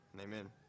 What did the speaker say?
Amen